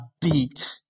beat